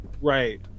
Right